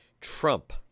Trump